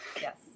Yes